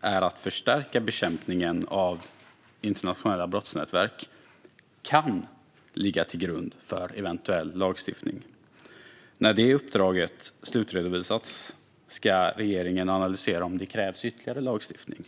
är att förstärka bekämpningen av internationella brottsnätverk, kan ligga till grund för eventuell lagstiftning. När uppdraget slutredovisats ska regeringen analysera om det krävs ytterligare lagstiftning.